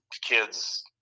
kids